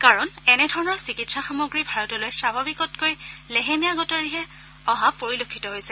কাৰণ এনেধৰণৰ চিকিৎসা সামগ্ৰী ভাৰতলৈ স্বাভাৱিকতকৈ লেহেমীয়া গতিৰে অহা পৰিলক্ষিত হৈছে